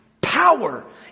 power